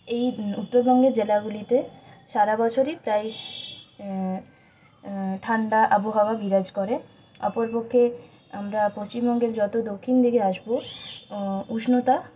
এই উত্তরবঙ্গের জেলাগুলিতে সারা বছরই প্রায় ঠান্ডা আবহাওয়া বিরাজ করে অপরপক্ষে আমরা পশ্চিমবঙ্গের যত দক্ষিণ দিকে আসবো উষ্ণতা